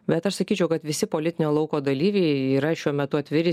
bet aš sakyčiau kad visi politinio lauko dalyviai yra šiuo metu atviri